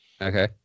okay